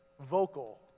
vocal